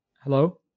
Hello